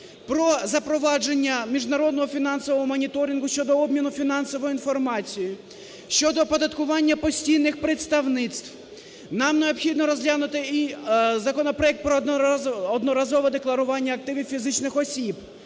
про запровадження міжнародного фінансового моніторингу щодо обміну фінансовою інформацією, щодо оподаткування постійних представництв. Нам необхідно розглянути і законопроект про одноразове декларування активів фізичних осіб.